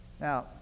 Now